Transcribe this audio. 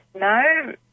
no